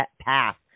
path